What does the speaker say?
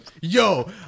yo